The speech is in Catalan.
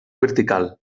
vertical